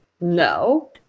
No